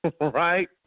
Right